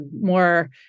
more